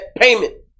payment